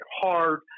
hard